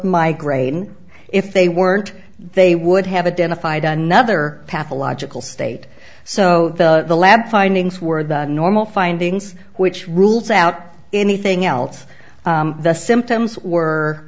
migraine if they weren't they would have a den a fight another pathological state so the lab findings were the normal findings which rules out anything else the symptoms were